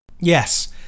Yes